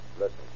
Listen